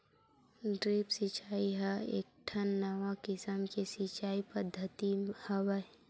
drip सिचई ह एकठन नवा किसम के सिचई पद्यति हवय